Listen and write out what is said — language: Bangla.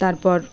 তারপর